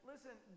Listen